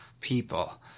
people